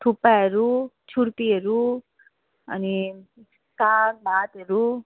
थुक्पाहरू छुर्पीहरू अनि साग भातहरू